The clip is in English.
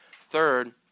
Third